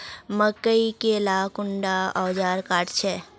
मकई के ला कुंडा ओजार काट छै?